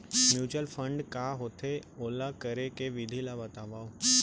mutual fund का होथे, ओला करे के विधि ला बतावव